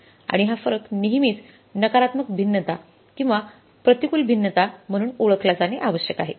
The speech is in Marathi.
आणि हा फरक नेहमीच नकारात्मक भिन्नता किंवा प्रतिकूल भिन्नता म्हणून ओळखला जाणे आवश्यक आहे